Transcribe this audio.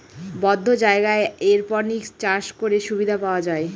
বদ্ধ জায়গায় এরপনিক্স চাষ করে সুবিধা পাওয়া যায়